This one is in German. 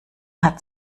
hat